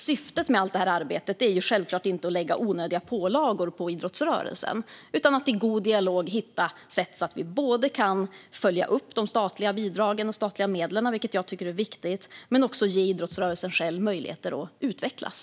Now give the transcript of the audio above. Syftet med allt detta arbete är självfallet inte att lägga onödiga pålagor på idrottsrörelsen utan att i god dialog hitta sätt att både följa upp de statliga bidragen och medlen, vilket jag tycker är viktigt, och ge idrottsrörelsen möjligheter att utvecklas.